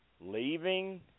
leaving